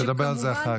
נדבר על זה אחר כך.